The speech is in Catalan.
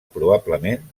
probablement